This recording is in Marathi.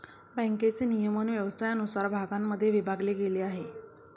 बँकेचे नियमन व्यवसायानुसार भागांमध्ये विभागले गेले आहे